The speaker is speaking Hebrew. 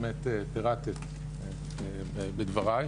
באמת פירטת בדברייך,